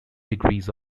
degrees